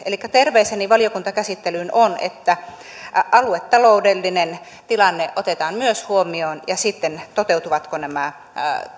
elikkä terveiseni valiokuntakäsittelyyn ovat että aluetaloudellinen tilanne otetaan myös huomioon ja sitten se toteutuvatko nämä